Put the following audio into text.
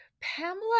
Pamela